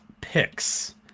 picks